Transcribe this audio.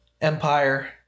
Empire